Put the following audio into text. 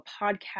podcast